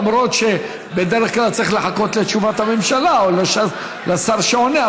למרות שבדרך כלל צריך לחכות לתשובת הממשלה או לשר שעונה,